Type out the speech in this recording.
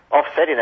offsetting